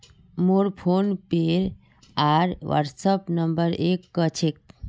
मोर फोनपे आर WhatsApp number एक क छेक